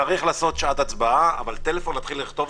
צריך לכתוב שעת הצבעה, אבל לא להתחיל לכתוב